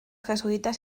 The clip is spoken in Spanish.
jesuitas